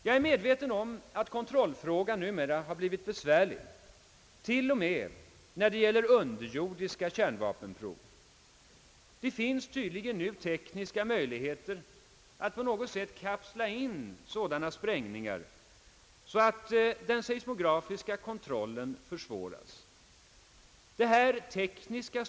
Jag är medveten om att kontrollfrågan numera har blivit besvärlig t.o.m., när det gäller underjordiska — kärnvapenprov. Det finns tydligen nu tekniska möjligheter att på något sätt kapsla in sådana sprängningar så att den seismografiska kontrollen försvåras. Detta tekniska Ang.